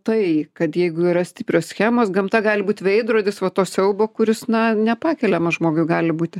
tai kad jeigu yra stiprios schemos gamta gali būti veidrodis va to siaubo kuris na nepakeliamas žmogui gali būti